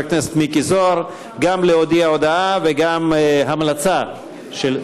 הכנסת מיקי זוהר גם להודיע הודעה וגם לתת המלצה.